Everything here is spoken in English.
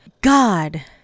God